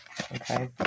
Okay